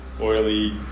oily